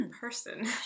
person